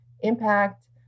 impact